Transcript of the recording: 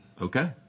Okay